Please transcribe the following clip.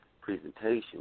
presentation